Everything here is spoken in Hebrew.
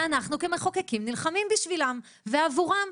אנחנו כמחוקקים נלחמים בשבילם ועבורם,